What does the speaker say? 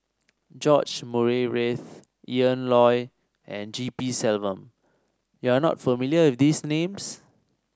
George Murray Reith Ian Loy and G P Selvam you are not familiar with these names